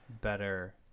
better